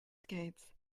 skates